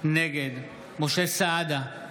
נגד משה סעדה,